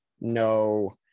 No